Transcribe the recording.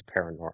paranormal